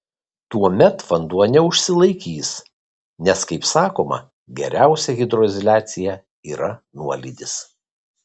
tuomet vanduo neužsilaikys nes kaip sakoma geriausia hidroizoliacija yra nuolydis